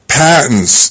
patents